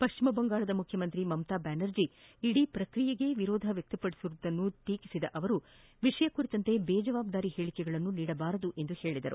ಪಶ್ಚಿಮ ಬಂಗಾಳ ಮುಖ್ಯಮಂತ್ರಿ ಮಮತಾ ಬ್ಯಾನರ್ಜಿ ಇಡೀ ಪ್ರಕ್ರಿಯೆಗೆ ವಿರೋಧಿಸುತ್ತಿರುವುದನ್ನು ಟೀಕಿಸಿದ ಅವರು ವಿಷಯ ಕುರಿತಂತೆ ಬೇಜವಾಬ್ಲಾರಿ ಹೇಳಿಕೆಗಳನ್ನು ನೀಡಬಾರದು ಎಂದರು